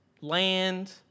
land